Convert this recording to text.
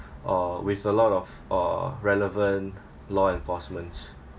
uh with a lot of uh relevant law enforcements